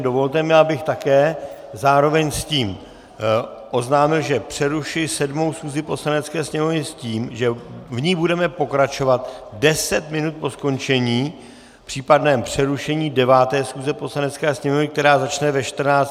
Dovolte mi, abych také zároveň s tím oznámil, že přerušuji 7. schůzi Poslanecké sněmovny s tím, že v ní budeme pokračovat 10 minut po skončení, případném přerušení 9. schůze Poslanecké sněmovny, která začne ve 14.30.